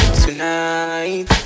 tonight